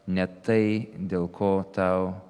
ne tai dėl ko tau